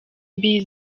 mbi